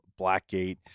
Blackgate